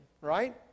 right